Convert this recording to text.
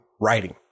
writing